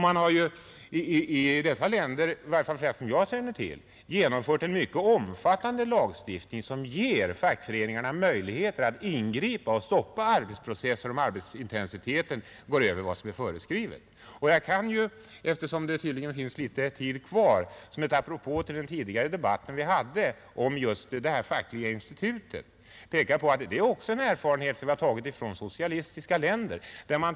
Man har i dessa länder — i varje fall såvitt jag känner till — genomfört en mycket omfattande lagstiftning som ger fackföreningarna möjligheter att ingripa och stoppa arbetsprocesser om arbetsintensiteten går över vad som är föreskrivet. Eftersom det tydligen finns litet tid kvar, kan jag som ett apropå till den debatt vi hade tidigare om det fackliga institutet peka på att det också är en erfarenhet som vi har tagit från socialistiska länder.